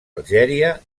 algèria